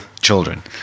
children